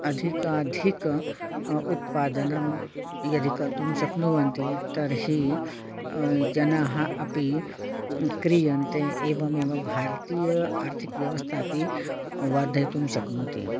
अधिकाधिकम् उत्पादनं यदि कर्तुं शक्नुवन्ति तर्हि जनाः अपि क्रियन्ते एवमेव भारतीय आर्थिकव्यवस्थापि वर्धयितुं शक्नोति